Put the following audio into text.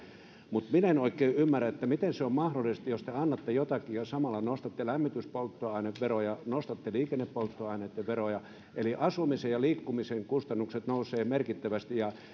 mutta minä en oikein ymmärrä että miten se on mahdollista jos te annatte jotakin ja samalla nostatte lämmityspolttoaineveroja nostatte liikennepolttoaineitten veroja eli asumisen ja liikkumisen kustannukset nousevat merkittävästi ja